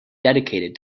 dedicated